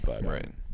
Right